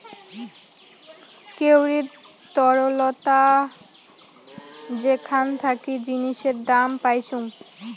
কাউরি তরলতা যেখান থাকি জিনিসের দাম পাইচুঙ